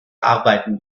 arbeiten